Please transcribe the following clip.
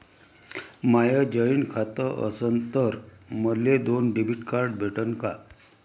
माय joint खातं असन तर मले दोन डेबिट कार्ड भेटन का?